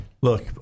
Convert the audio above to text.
look